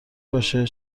باشه